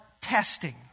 testing